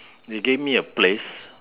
they gave me a place